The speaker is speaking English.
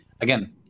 again